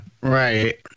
right